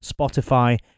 Spotify